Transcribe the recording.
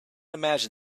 imagine